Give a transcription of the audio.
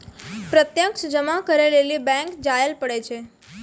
प्रत्यक्ष जमा करै लेली बैंक जायल पड़ै छै